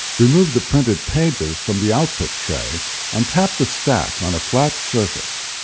remove the printed pages from the output tray and tap the stack on a flat surface.